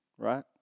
Right